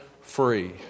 free